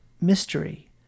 mystery